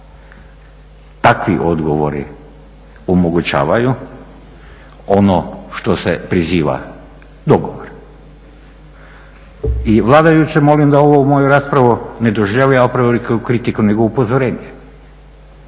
Takvi odgovori omogućavaju ono što se priziva dogovor. I vladajuće molim da ovu moju raspravu ne doživljavaju a priori kao kritiku nego upozorenje.